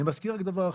אני מזכיר רק דבר אחד,